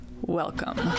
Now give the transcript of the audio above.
Welcome